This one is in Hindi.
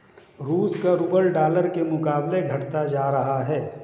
रूस का रूबल डॉलर के मुकाबले घटता जा रहा है